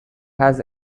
has